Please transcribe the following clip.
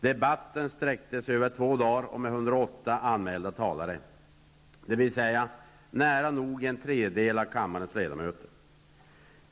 Debatten sträckte sig över två dagar med 108 anmälda talare, dvs. nära nog en tredjedel av kammarens ledamöter.